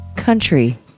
Country